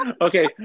Okay